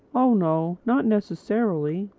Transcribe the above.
oh no, not necessarily.